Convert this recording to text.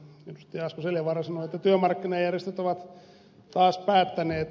asko seljavaara sanoi että työmarkkinajärjestöt ovat taas päättäneet